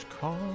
call